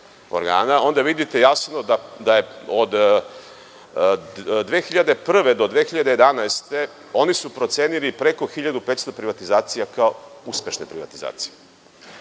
onda vidite jasno da su od 2001. do 2011. godine oni procenili preko 1.500 privatizacija kao uspešne privatizacije. Srpska